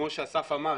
כמו שאסף אמר,